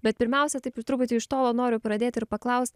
bet pirmiausia taip ir truputį iš tolo noriu pradėt ir paklaust